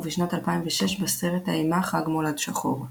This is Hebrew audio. ובשנת 2006 בסרט האימה "חג מולד שחור".